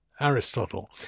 Aristotle